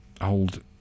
old